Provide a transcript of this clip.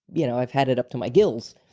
you know i've had it up to my gills.